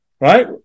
right